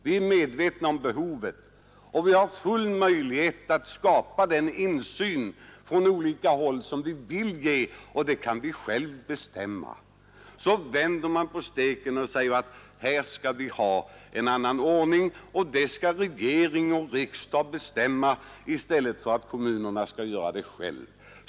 Vi är medvetna om behovet, och vi har fulla möjligheter att skapa den insyn från olika håll som vi vill ge. Så vänder man på steken och säger att här skall vi ha en annan ordning, och det skall regering och riksdag bestämma i stället för att kommunerna skall göra det själva.